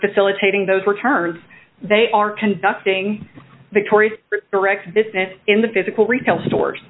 facilitating those returns they are conducting victorious direct business in the physical retail stores